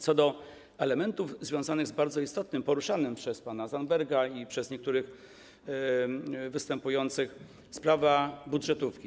Co do elementów związanych z bardzo istotnym tematem, poruszanym przez pana Zandberga i przez niektórych występujących, czyli sprawa budżetówki.